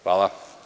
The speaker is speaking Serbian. Hvala.